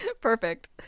Perfect